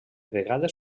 vegades